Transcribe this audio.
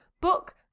book